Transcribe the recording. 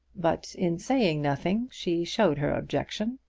but in saying nothing she showed her objection,